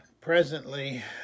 presently